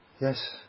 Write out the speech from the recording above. Yes